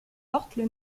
portent